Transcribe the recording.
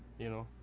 you know?